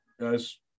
Guys